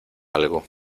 algo